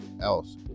else